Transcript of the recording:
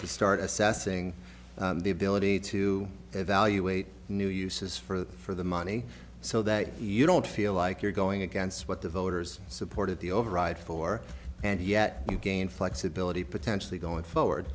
to start assessing the ability to evaluate new uses for the money so that you don't feel like you're going against what the voters supported the override for and yet you gain flexibility potentially going forward